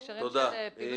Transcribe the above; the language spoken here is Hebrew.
תודה.